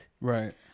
Right